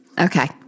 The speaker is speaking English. Okay